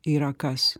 yra kas